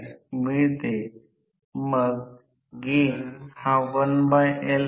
तर हे लिहू शकतो की हा n ns P 120 आहे